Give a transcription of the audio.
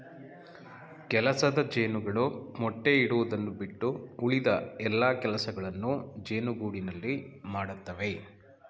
ಕೆಲಸದ ಜೇನುಗಳು ಮೊಟ್ಟೆ ಇಡುವುದನ್ನು ಬಿಟ್ಟು ಉಳಿದ ಎಲ್ಲಾ ಕೆಲಸಗಳನ್ನು ಜೇನುಗೂಡಿನಲ್ಲಿ ಮಾಡತ್ತವೆ